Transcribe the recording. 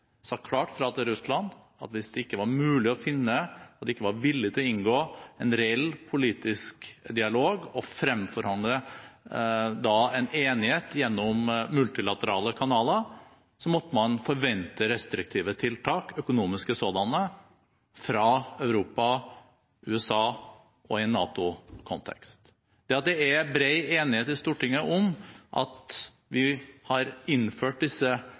klart fra til Russland at hvis det ikke var mulig å finne, og de ikke var villige til å inngå, en reell politisk dialog og fremforhandle en enighet gjennom multilaterale kanaler, måtte man forvente restriktive tiltak – økonomiske sådanne – fra Europa og USA og i en NATO-kontekst. Det at det er bred enighet i Stortinget om at vi har innført disse